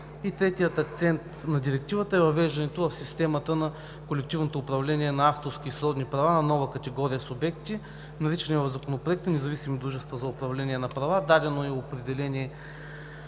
Третият акцент на Директивата е въвеждането в системата на колективно управление на авторски и сродни права на нова категория субекти, наричани в Законопроекта „независими дружества за управление на права“. Дадено е и определение